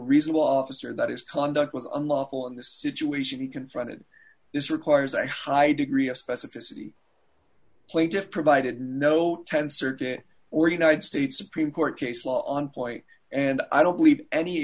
reasonable officer that his conduct was unlawful in this situation he confronted this requires a high degree of specificity play just provided no th circuit or united states supreme court case law on point and i don't believe any